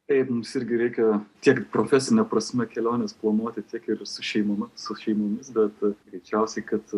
taip mums irgi reikia tiek profesine prasme keliones planuoti tiek ir su šeima su šeimomis bet greičiausiai kad